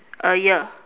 a year